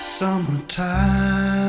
Summertime